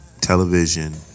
Television